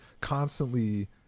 constantly –